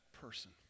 person